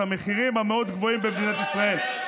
המחירים המאוד-גבוהים במדינת ישראל.